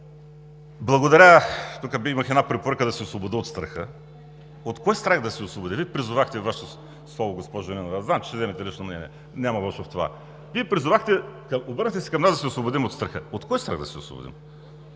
Благодаря, тук имах една препоръка да се освободя от страха. От кой страх да се освободя? Вие призовахте от Вашия стол, госпожо Нинова. Знам, че ще вземете лично мнение – няма лошо в това – обърнахте се към нас да се освободим от страха?! От кой страх да се освободим?